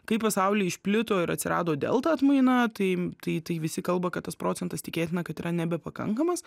kai pasaulyje išplito ir atsirado delta atmaina tai tai visi kalba kad tas procentas tikėtina kad yra nebepakankamas